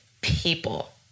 people